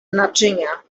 naczynia